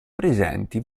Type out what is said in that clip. presenti